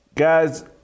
Guys